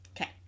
Okay